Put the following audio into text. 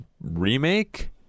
remake